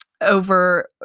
over